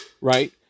right